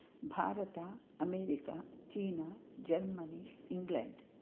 भारतम् अमेरिका चीना Germany England